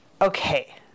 Okay